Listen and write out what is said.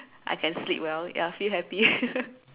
I can sleep well ya feel happy